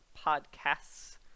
Podcasts